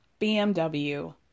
BMW